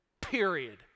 Period